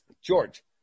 George